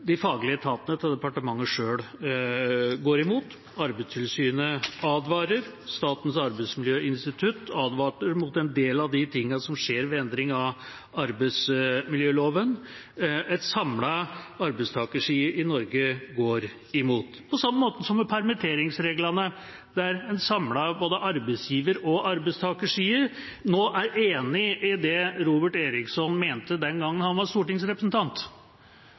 de faglige etatene til departementet går imot, Arbeidstilsynet advarer, Statens arbeidsmiljøinstitutt advarte mot en del av de tingene som skjer ved endring av arbeidsmiljøloven, og en samlet arbeidstakerside i Norge går imot, på samme måte som med permitteringsreglene, der en samlet arbeidsgiverside og en samlet arbeidstakerside nå er enig i det Robert Eriksson mente den gangen han var stortingsrepresentant.